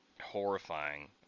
horrifying